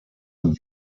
und